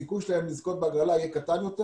הסיכוי שלהם לזכות בהגרלה יהיה קטן יותר.